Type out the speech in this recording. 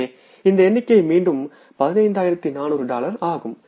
எனவே இந்த எண்ணிக்கை மீண்டும் 15400 டாலர் ஆகும்